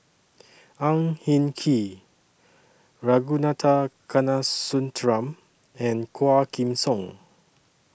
Ang Hin Kee Ragunathar Kanagasuntheram and Quah Kim Song